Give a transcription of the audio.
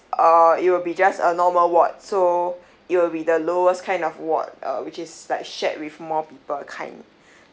uh it will be just a normal ward so it'll be the lowest kind of ward uh which is like shared with more people kind